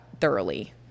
thoroughly